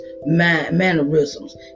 mannerisms